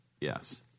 Yes